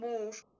move